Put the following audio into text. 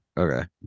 Okay